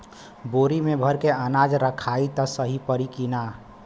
बोरी में भर के अनाज रखायी त सही परी की ना?